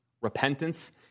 Repentance